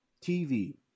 TV